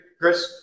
Chris